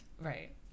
Right